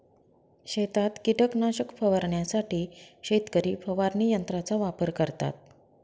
शेतात कीटकनाशक फवारण्यासाठी शेतकरी फवारणी यंत्राचा वापर करतात